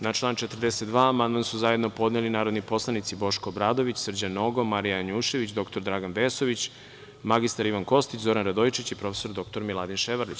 Na član 42. amandman su zajedno podneli narodni poslanici Boško Obradović, Srđan Nogo, Marija Janjušević, dr Dragan Vesović, mr Ivan Kostić, Zoran Radojičić i prof. dr Miladin Ševarlić.